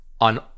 on